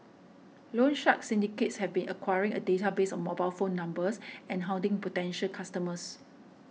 loan shark syndicates have been acquiring a database of mobile phone numbers and hounding potential customers